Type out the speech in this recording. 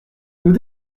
nous